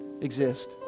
exist